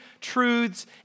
truths